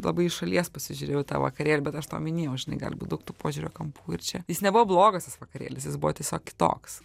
labai iš šalies pasižiūrėjau į tą vakarėlį bet aš tau minėjau žinai gali būt daug tų požiūrio kampų ir čia jis nebuvo blogas tas vakarėlis jis buvo tiesiog kitoks